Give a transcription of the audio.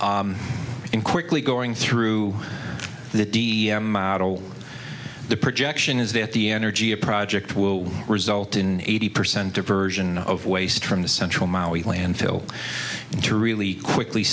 analysis and quickly going through the model the projection is that the energy a project will result in eighty percent diversion of waste from the central maui landfill and to really quickly